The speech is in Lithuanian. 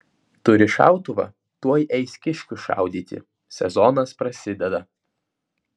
turi šautuvą tuoj eis kiškių šaudyti sezonas prasideda